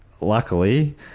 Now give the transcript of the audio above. luckily